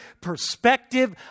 perspective